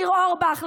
ניר אורבך,